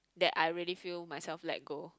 that I really feel myself let go